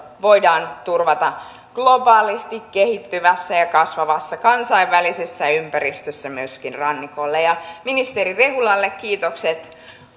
voidaan turvata globaalisti kehittyvässä ja kasvavassa kansainvälisessä ympäristössä myöskin rannikolla ministeri rehulalle kiitokset